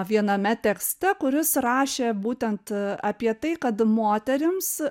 viename tekste kuris rašė būtent apie tai kad moterims